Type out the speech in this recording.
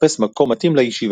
לחפש מקום מתאים לישיבה.